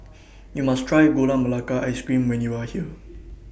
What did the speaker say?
YOU must Try Gula Melaka Ice Cream when YOU Are here